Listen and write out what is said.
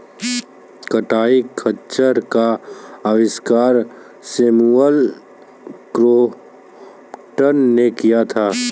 कताई खच्चर का आविष्कार सैमुअल क्रॉम्पटन ने किया था